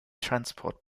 transport